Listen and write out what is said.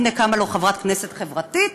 הנה קמה לו חברת כנסת חברתית